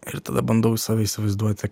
ir tada bandau save įsivaizduoti